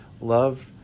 Love